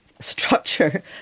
structure